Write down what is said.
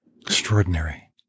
Extraordinary